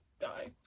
die